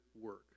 work